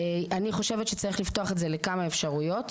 אני חושבת שצריך לפתוח את זה לכמה אפשרויות,